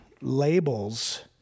labels